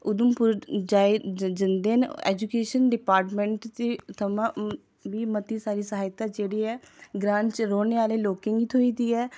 उधमपुर आई जंदे न एजुकेशन डिपार्टमैंट दी थमां मती हारी सहायता जेह्ड़ी ऐ ग्रांऽ च रौह्ने आह्ले लोकें गी थ्होई दी ऐ